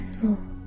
more